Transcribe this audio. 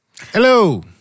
Hello